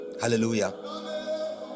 Hallelujah